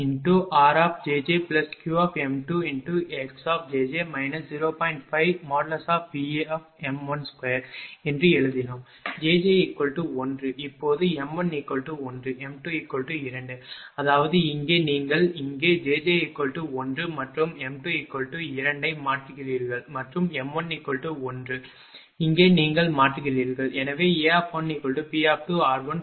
5Vm12 என்று எழுதினோம்jj1 இப்போது m11m22 அதாவது இங்கே நீங்கள் இங்கே jj 1 மற்றும் m22 ஐ மாற்றுகிறீர்கள் மற்றும் m11 இங்கே நீங்கள் மாற்றுகிறீர்கள்